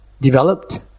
developed